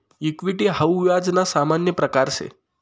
equity हाऊ व्याज ना सामान्य प्रकारसे